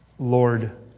Lord